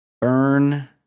Burn